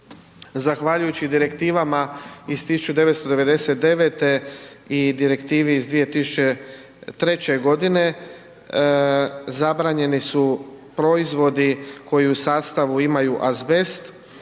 Zahvaljujući Direktivama iz 1999. i Direktivi iz 2003.g. zabranjeni su proizvodi koji u sastavu imaju azbest,